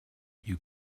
you